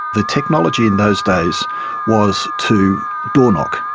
the technology in those days was to doorknock.